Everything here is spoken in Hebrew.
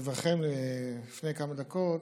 בדבריכם לפני כמה דקות,